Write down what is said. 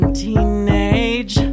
teenage